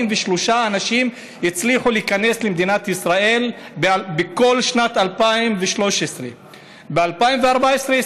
43 אנשים הצליחו להיכנס למדינת ישראל בכל שנת 2013. ב-2014,